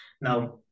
Now